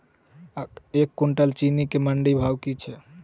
एक कुनटल चीनी केँ मंडी भाउ की छै?